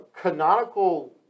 canonical